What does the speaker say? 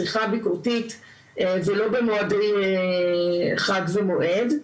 צריכה ביקורתית ולא רק בימי חג ומועד.